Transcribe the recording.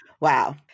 Wow